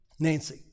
Nancy